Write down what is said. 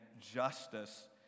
justice